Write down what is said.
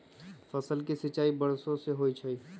फसल के सिंचाई वर्षो से होई छई